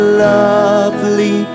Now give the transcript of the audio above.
lovely